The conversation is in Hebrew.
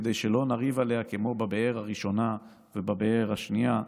כדי שלא נריב עליה כמו בבאר הראשונה ובבאר השנייה,